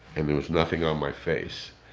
and there was nothing on my face.